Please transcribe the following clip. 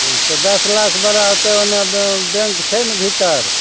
हूँ दश लाख बड़ा होतै तऽ ओने बैंक छै ने भीतर